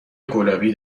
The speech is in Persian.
گلابی